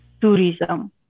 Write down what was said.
tourism